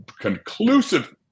conclusive